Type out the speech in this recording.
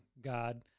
God